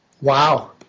Wow